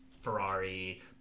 ferrari